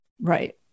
Right